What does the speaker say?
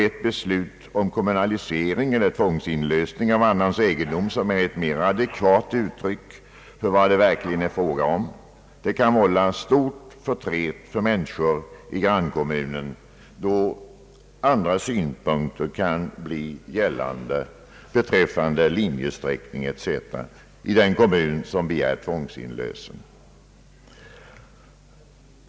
Ett beslut om kommunalisering — eller tvångsinlösen av annans egendom, som är ett mera adekvat uttryckt för vad det verkligen är fråga om — kan vålla stor förtret för människor i en grannkommun då andra synpunkter beträffande linjesträckning etc. kan framläggas i den kommun som begärt tvångsinlösen.